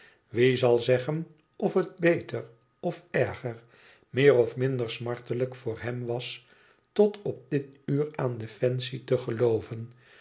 wie zal zeggen of het beter of erger meer of minder smartelijk voor hem was tot op dit uur aan de fancy te gelooven